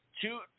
two